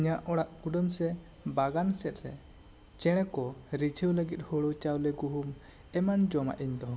ᱤᱧᱟᱹᱜ ᱚᱲᱟᱜ ᱠᱩᱰᱟᱹᱢ ᱥᱮ ᱵᱟᱜᱟᱱ ᱥᱮᱫ ᱨᱮ ᱪᱮᱬᱮ ᱠᱚ ᱨᱤᱡᱷᱟᱹᱣ ᱞᱟᱹᱜᱤᱫ ᱦᱳᱲᱳ ᱪᱟᱣᱞᱮ ᱜᱩᱦᱩᱢ ᱮᱢᱟᱱ ᱡᱚᱢᱟᱜ ᱤᱧ ᱫᱚᱦᱚ ᱠᱟᱜᱼᱟ